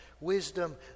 Wisdom